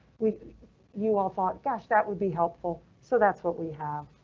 we you all thought? gosh, that would be helpful. so that's what we have.